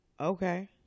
Okay